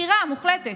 בחירה מוחלטת.